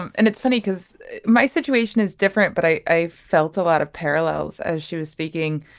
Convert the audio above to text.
and and it's funny cause my situation is different but i felt a lot of parallels as she was speaking.